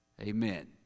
Amen